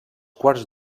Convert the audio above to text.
quarts